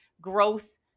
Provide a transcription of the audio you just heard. gross